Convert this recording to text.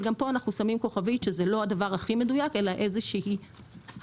אז גם פה אנחנו שמים כוכבית שזה לא הדבר הכי מדויק אלא איזושהי השלכה